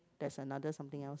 there's another something else